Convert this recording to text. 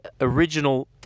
original